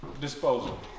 disposal